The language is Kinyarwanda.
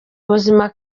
ubuzima